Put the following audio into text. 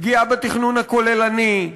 פגיעה בתכנון הכוללני,